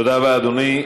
תודה רבה, אדוני.